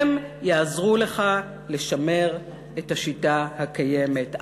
הם יעזרו לך לשמר את השיטה הקיימת.